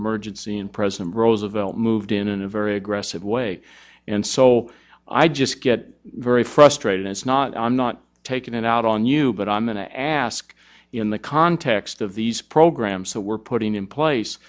emergency and president roosevelt moved in in a very aggressive way and so i just get very frustrated it's not i'm not taking it out on you but i'm going to ask in the context of these programs that we're putting in place